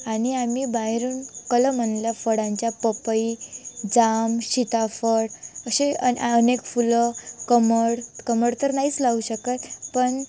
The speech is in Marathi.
आणि आम्ही बाहेरून कलम आणलं फळांच्या पपई जाम सीताफळ असे आणि अनेक फुलं कमळ कमळ तर नाहीच लावू शकत पण